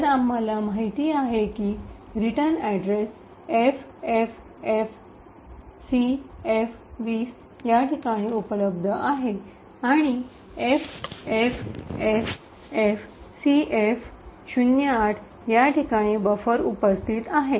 तर आम्हाला माहिती आहे की रिटर्न अड्रेस एफएफएफएफसीएफ२० या ठिकाणी उपलब्ध आहे आणि एफएफएफएफसीएफ०८ या ठिकाणी बफर उपस्थित आहे